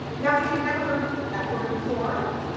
now, if you've never heard that word before,